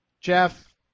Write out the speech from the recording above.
Jeff